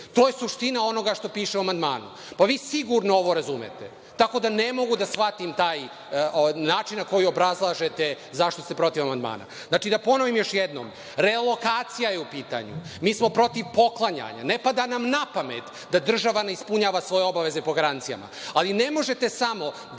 To je suština onoga što piše u amandmanu. Vi sigurno ovo razumete, tako da ne mogu da shvatim način na koji obrazlažete zašto ste protiv amandmana. Da ponovim još jednom, relokacija je u pitanju. Mi smo protiv poklanjanja, ne pada nam napamet da država ne ispunjava svoje obaveze po garancijama, ali ne možete samo